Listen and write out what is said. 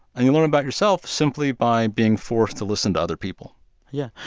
and you learn about yourself simply by being forced to listen to other people yeah.